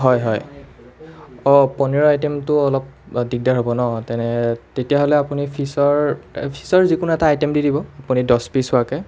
হয় হয় অঁ পনীৰৰ আইটেমটো অলপ দিগদাৰ হ'ব ন তেনে তেতিয়াহ'লে আপুনি ফিছৰ ফিছৰ যিকোনো এটা আইটেম দি দিব আপুনি দহ পিছ হোৱাকে